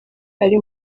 ari